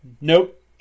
Nope